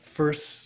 first